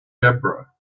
debra